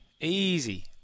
Easy